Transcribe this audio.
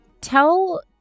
tell